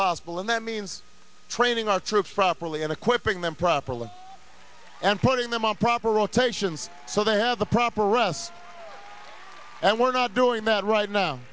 possible and that means training our troops properly and equipping them properly and putting them on proper rotations so they have the proper rest and we're not doing that right now